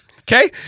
Okay